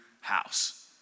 house